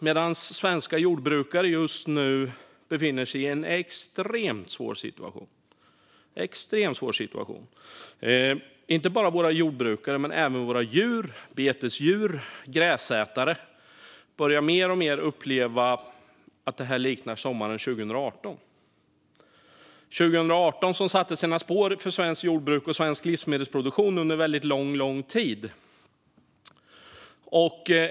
Men svenska jordbrukare befinner sig just nu i en extremt svår situation. Inte bara för våra jordbrukare utan även för våra betesdjur - gräsätare - börjar detta mer och mer likna sommaren 2018. År 2018 satte sina spår för svenskt jordbruk och svensk livsmedelsproduktion under väldigt lång tid.